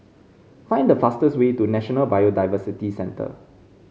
find the fastest way to National Biodiversity Centre